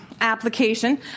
application